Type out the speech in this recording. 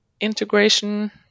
integration